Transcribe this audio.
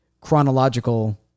chronological